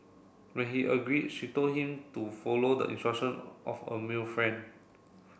when he agreed she told him to follow the instruction of a male friend